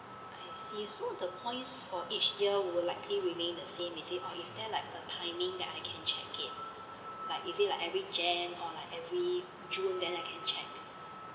I see so the points for each year will likely remain the same is it or is there like a timing that I can check it like is it like every like is it like every jan~ or like every june then I can check